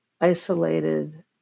isolated